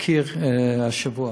התחקיר השבוע,